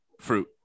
fruit